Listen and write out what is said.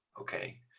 okay